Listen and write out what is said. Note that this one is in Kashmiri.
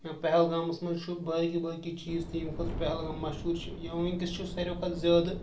یا پہلگامَس منٛز چھُ باقٕے باقٕے چیٖز تہِ ییٚمہِ خٲطرٕ مشہوٗر چھِ یِم وٕنکیٚس چھِ ساروِی کھۄتہٕ زیادٕ